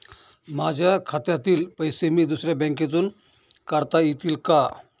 माझ्या खात्यातील पैसे मी दुसऱ्या बँकेतून काढता येतील का?